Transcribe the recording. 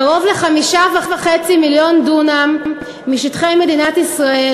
קרוב ל-5.5 מיליון דונם משטחי מדינת ישראל